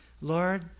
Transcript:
Lord